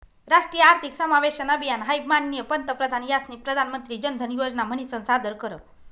राष्ट्रीय आर्थिक समावेशन अभियान हाई माननीय पंतप्रधान यास्नी प्रधानमंत्री जनधन योजना म्हनीसन सादर कर